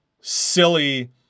silly